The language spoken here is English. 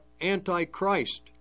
anti-Christ